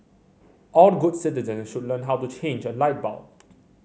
all good citizens should learn how to change a light bulb